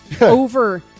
over